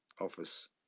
office